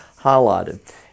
highlighted